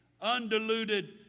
undiluted